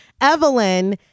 Evelyn